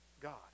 God